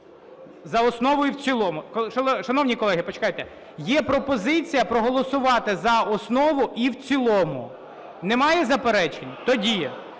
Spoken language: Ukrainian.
за основу і в цілому… Шановні колеги, почекайте, є пропозиція проголосувати за основу і в цілому. Немає заперечень? Тоді,